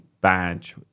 badge